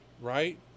right